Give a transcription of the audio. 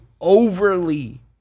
overly